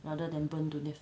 rather than burn to death